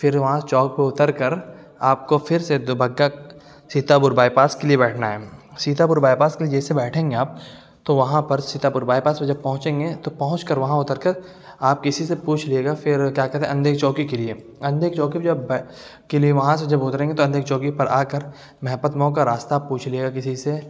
پھر وہاں چوک پر اتر کر آپ کو پھر سے دبگا سیتاپور بائی پاس کے لیے بیٹھنا ہے سیتاپور بائی پاس کے لیے جیسے بیٹھیں گے آپ تو وہاں پر سیتاپور بائی پاس پہ جب پہنچیں گے تو پہنچ کر وہاں اتر کر آپ کسی سے پوچھ لیئے گا پھر کیا کہتے ہیں اندھے کی چوکی کے لیے اندھے کی چوکی پہ جب کے لیے وہاں سے جب گذریں گے تو اندھے کی چوکی پر آ کر مہپت مئو کا راستہ پوچھ لیئے گا کسی سے